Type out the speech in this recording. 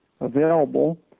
available